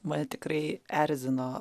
mane tikrai erzino